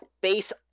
base